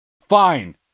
Fine